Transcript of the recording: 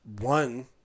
one